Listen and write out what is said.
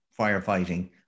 firefighting